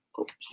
Oops